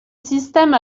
système